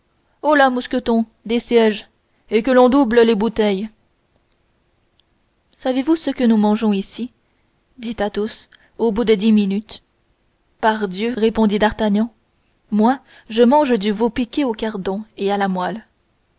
mousqueton des sièges et que l'on double les bouteilles savez-vous ce que nous mangeons ici dit athos au bout de dix minutes pardieu répondit d'artagnan moi je mange du veau piqué aux cardons et à la moelle